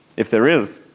if there is,